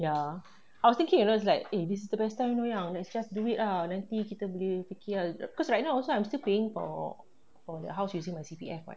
ya I was thinking you know like eh this is the best time you know yang let's just do it lah nanti kita boleh fikir cause right now also I'm still paying for for the house using my C_P_F [what]